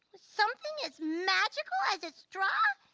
something as magical as a straw?